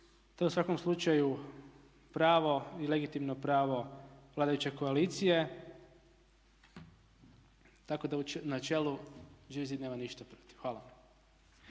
To u svakom slučaju pravo i legitimno pravo vladajuće koalicije, tako da u načelu Živi zid nema ništa protiv. Hvala.